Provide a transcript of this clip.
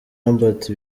hubert